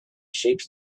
shapes